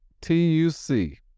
T-U-C